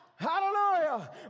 Hallelujah